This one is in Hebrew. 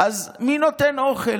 אז מי נותן אוכל?